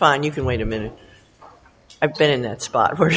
fine you can wait a minute i've been in that spot where